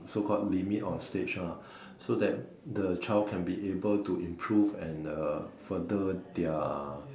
so called limit or stage ah so that the child can be able to improve and uh further their